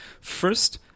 First